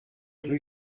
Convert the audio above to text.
rue